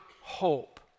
hope